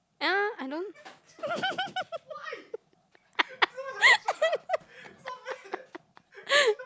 uh I don't